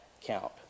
count